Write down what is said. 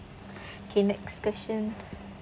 okay next question